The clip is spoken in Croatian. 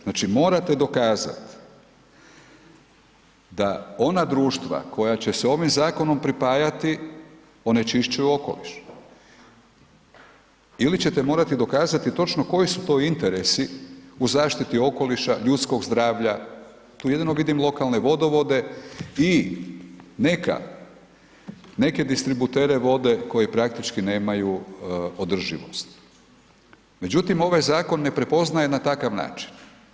Znači, morate dokazat da ona društva koja će se ovim zakonom pripajati onečišćuju okoliš ili ćete morati dokazati točno koji su to interesi u zaštiti okoliša ljudskog zdravlja, tu jedino vidim lokalne vodovode i neke distributere vode koji praktički nemaju održivost, međutim, ovaj zakon ne prepoznaje na takav način.